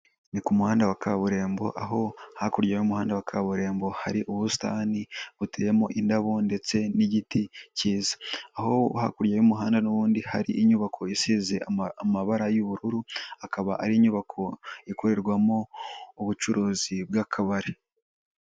Ni ku muhanda wa kaburimbo, aho hakurya y'umuhanda wa kaburimbo hari ubusitani buteyeyemo indabo ndetse n'igiti cyiza, aho hakurya y'umuhanda n'ubundi hari inyubako isize amabara y'ubururu, akaba ari inyubako ikorerwamo ubucuruzi bw'akabari.